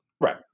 Right